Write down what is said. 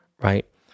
Right